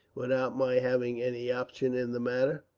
without my having any option in the matter?